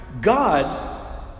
God